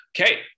Okay